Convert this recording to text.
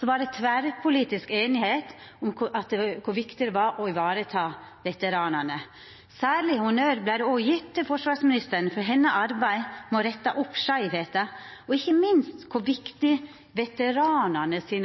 var det tverrpolitisk einigheit om kor viktig det var å ta vare på veteranane. Særleg honnør vart òg gjeven til forsvarsministeren for arbeidet hennar for å retta opp skeivheiter, og ikkje minst hadde